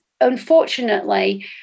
unfortunately